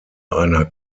einer